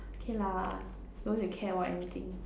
okay lah don't need to care about anything